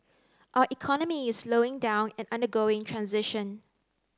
our economy is slowing down and undergoing transition